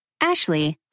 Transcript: Ashley